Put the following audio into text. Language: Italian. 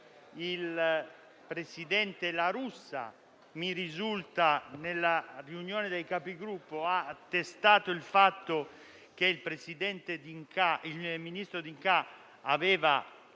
presidente La Russa, nella riunione dei Capigruppo, ha attestato il fatto che il ministro D'Incà aveva